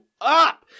up